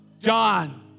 John